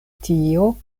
tio